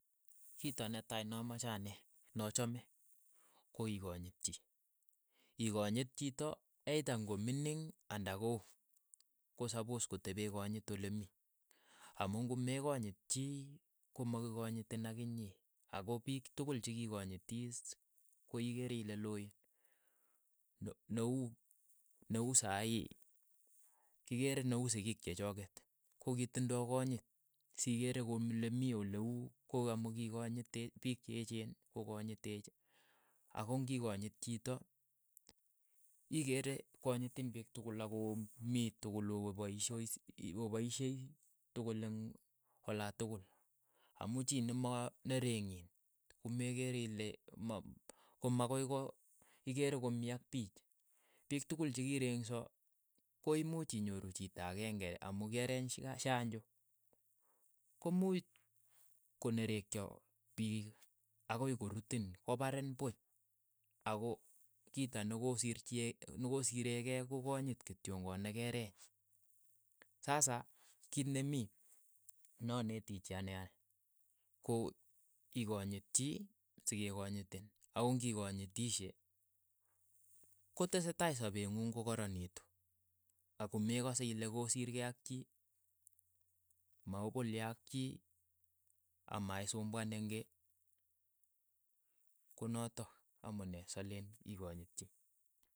Kito netai namache anee nachame ko ii konyit chii, ikonyit chito eitha ng'o mining anda koo, ko lasima kotepee konyit ole mii, amu ng'o me konyit chii komakikanyitin akinye, ako piik tokol che kikonyitis koikeere kole loeen, ne- ne uu saii kikeere ne uu sikiik che choket, kokitindoi konyit, sikeere komi lemii ole uu ko amu kikonyiteech piik che echen ko kanyitek, ako ng'ikanyit chito. ikeere konyitin piik tokol ako mii tokol oo paishos opaishei tukul eng' olatukul, amu chii ne mo ne rengiin komere ile ma komakoi ko ikere komii ak piich, piik tukul chekirengso ko imuuch inyoru chito akeng'e amu kiareeny shanjo ko muuch ko nerekcho piik akoi korutin koparin puch ako kito nekosirchie nekosirekei ko konyit kityong'on nekereny, sasa kiit ne mii, na neti chii ane, ko ikonyit chii sekekonyitin, ako ng'ikonyitishe kotesetai sapeet ng'ung ko karanitu, ako mekasei ile kosiir kei ak chii, maopoolye ak chii ama isumbuanin kei, konatok amune soleen ikonyit chii.